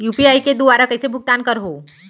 UPI के दुवारा कइसे भुगतान करहों?